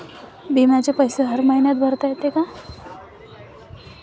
बिम्याचे पैसे हर मईन्याले भरता येते का?